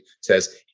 says